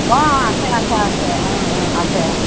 অ আছে আছে আছে ওম ওম আছে